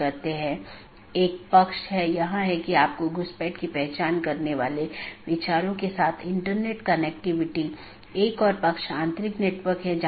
हम देखते हैं कि N1 R1 AS1 है यह चीजों की विशेष रीचाबिलिटी है